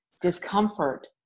discomfort